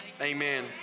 Amen